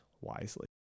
wisely